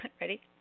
Ready